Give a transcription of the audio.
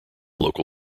local